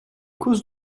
causes